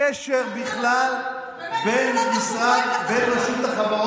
בבקשה, שלוש דקות לרשותך.